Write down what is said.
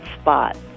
spot